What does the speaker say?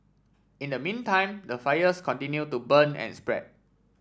in the meantime the fires continue to burn and spread